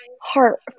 heart